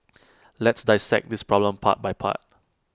let's dissect this problem part by part